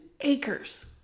acres